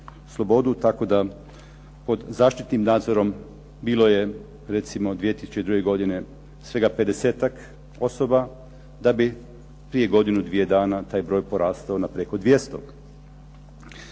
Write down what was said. tako da pod zaštitnim nadzorom bilo je recimo 2002. godine svega pedesetak osoba da bi prije godinu, dvije dana taj broj porastao na preko 200. Kaznu